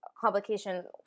complication